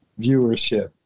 viewership